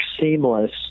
seamless